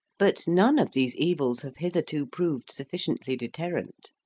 but none of these evils have hitherto proved sufficiently deterrent.